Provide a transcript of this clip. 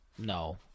No